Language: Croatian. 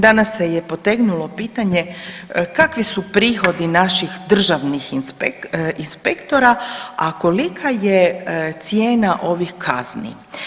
Danas se je potegnulo pitanje kakvi su prihodi naših državnih inspektora, a kolika je cijena ovih kazni.